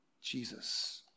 Jesus